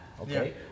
okay